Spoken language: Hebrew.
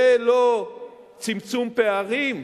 זה לא צמצום פערים?